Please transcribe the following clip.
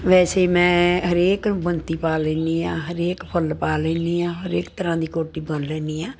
ਵੈਸੇ ਮੈਂ ਹਰੇਕ ਬੁਣਤੀ ਪਾ ਲੈਂਦੀ ਹਾਂ ਹਰੇਕ ਫੁੱਲ ਪਾ ਲੈਦੀ ਹਾਂ ਹਰੇਕ ਤਰ੍ਹਾਂ ਦੀ ਕੋਟੀ ਬੁਣ ਲੈਦੀ ਹਾਂ